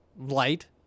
light